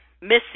Missy